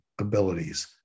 abilities